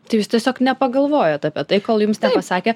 tai jūs tiesiog nepagalvojot apie tai kol jums nepasakė